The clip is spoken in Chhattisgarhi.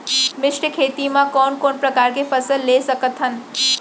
मिश्र खेती मा कोन कोन प्रकार के फसल ले सकत हन?